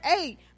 eight